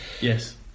Yes